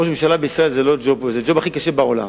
ראש ממשלה בישראל זה הג'וב הכי קשה בעולם,